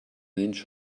inch